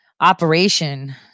operation